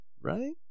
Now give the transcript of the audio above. Right